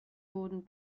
wurden